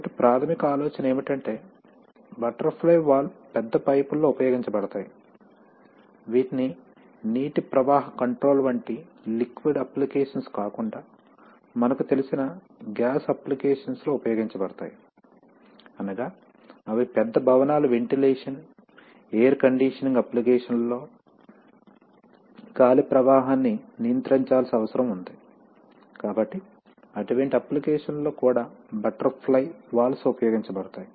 కాబట్టి ప్రాథమిక ఆలోచన ఏమిటంటే బటర్ఫ్లై వాల్వ్స్ పెద్ద పైపులలో ఉపయోగించబడతాయి వీటిని నీటి ప్రవాహ కంట్రోల్ వంటి లిక్విడ్ అప్లికేషన్స్ కాకుండా మనకు తెలిసిన గ్యాస్ అప్లికేషన్స్ లో ఉపయోగించబడతాయి అనగా అవి పెద్ద భవనాల వెంటిలేషన్ ఎయిర్ కండిషనింగ్ అప్లికేషన్ లలో గాలి ప్రవాహాన్ని నియంత్రించాల్సిన అవసరం ఉంది కాబట్టి అటువంటి అప్లికేషన్స్ ల్లో కూడా బటర్ఫ్లై వాల్వ్స్ ఉపయోగించబడతాయి